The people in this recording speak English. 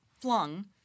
flung